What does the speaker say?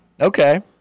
Okay